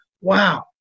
Wow